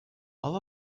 all